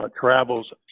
travels